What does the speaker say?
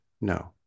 no